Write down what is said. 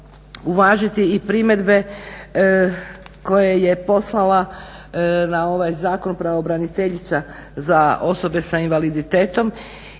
uvažiti i primjedbe koje je poslala na ovaj zakon pravobraniteljice za osobe s invaliditetom